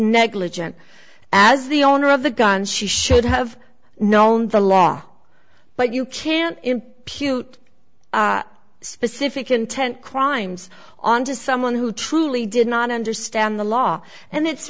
negligent as the owner of the gun she should have known the law but you can't peut specific intent crimes on to someone who truly did not understand the law and it's